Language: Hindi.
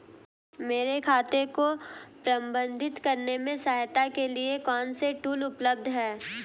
मेरे खाते को प्रबंधित करने में सहायता के लिए कौन से टूल उपलब्ध हैं?